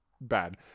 bad